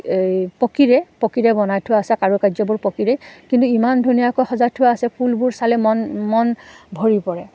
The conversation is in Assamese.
এই পকীৰে পকীৰে বনাই থোৱা আছে কাৰুকাৰ্যবোৰ পকীৰে কিন্তু ইমান ধুনীয়াকৈ সজাই থোৱা আছে ফুলবোৰ চালে মন মন ভৰি পৰে